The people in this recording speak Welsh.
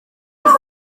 syth